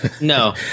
No